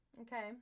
Okay